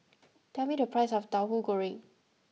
tell me the price of Tauhu Goreng